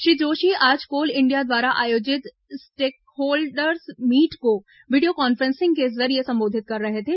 श्री जोशी आज Coal India द्वारा आयोजित स्टेकहोल्डर्स मीट को वीडियो कॉन्फ्रेंसिंग के जरिये संबोधित कर रहे थे